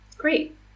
Great